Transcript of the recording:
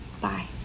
Bye